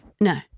No